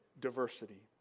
diversity